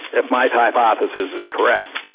if my hypothesis is correct,